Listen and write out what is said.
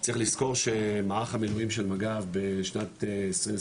צריך לזכור שמערך המילואים של מג"ב בשנת 2021,